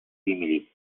simili